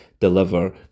Deliver